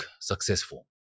successful